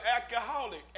alcoholic